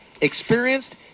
Experienced